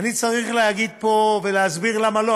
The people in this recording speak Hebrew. ואני צריך להגיד פה ולהסביר למה לא.